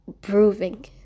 proving